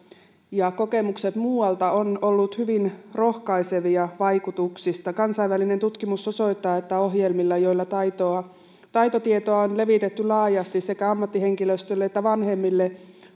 kokemukset muualta ovat olleet hyvin rohkaisevia vaikutusten osalta kansainvälinen tutkimus osoittaa että ohjelmilla joilla taitotietoa taitotietoa on levitetty laajasti sekä ammattihenkilöstölle että vanhemmille